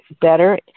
better